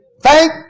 Thank